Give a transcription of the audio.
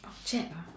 object ah